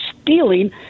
stealing